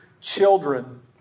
children